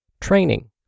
training